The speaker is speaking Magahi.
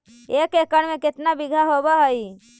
एक एकड़ में केतना बिघा होब हइ?